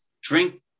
drink